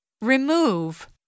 Remove